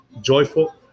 joyful